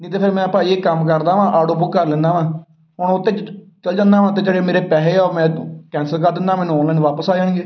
ਨਹੀਂ ਤਾਂ ਫਿਰ ਮੈਂ ਭਾਅ ਜੀ ਕੰਮ ਕਰਦਾ ਹਾਂ ਆਟੋ ਬੁੱਕ ਕਰ ਲੈਂਦਾ ਹਾਂ ਹੁਣ ਉਹ 'ਤੇ ਚੱਲ ਜਾਂਦਾ ਹਾਂ ਅਤੇ ਜਿਹੜੇ ਮੇਰੇ ਪੈਸੇ ਆ ਉਹ ਮੈਂ ਕੈਂਸਲ ਕਰ ਦਿੰਦਾ ਮੈਨੂੰ ਔਨਲਾਈਨ ਵਾਪਸ ਆ ਜਾਣਗੇ